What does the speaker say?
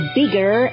bigger